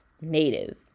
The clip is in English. native